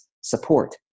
support